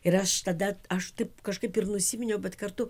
ir aš tada aš taip kažkaip ir nusiminiau bet kartu